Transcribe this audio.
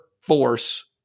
force